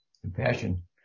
Compassion